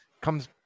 comes